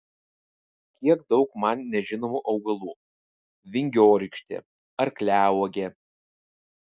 kiek daug man nežinomų augalų vingiorykštė arkliauogė